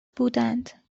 بودند